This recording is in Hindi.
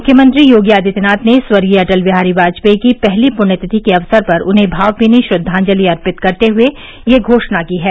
मुख्यमंत्री योगी आदित्यनाथ ने स्वर्गीय अटलं बिहारी वाजपेई की पहली पृण्यतिथि के अवसर पर उन्हें भावमीनी श्रद्वाजंति अर्पित करते हए यह घोषणा की है